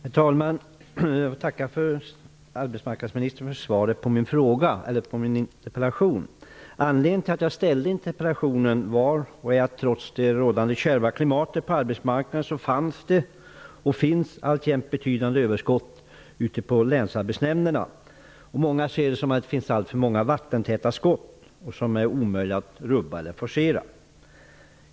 Herr talman! Jag tackar arbetsmarknadsministern för svaret på min interpellation. Anledningen till att jag ställde interpellationen var att trots det kärva klimatet på arbetsmarknaden fanns och finns det alltjämt ett betydande överskott på länsarbetsmarknadsnämnderna. Många anser att det finns alltför många vattentäta skott som är omöjliga att rubba eller forcera.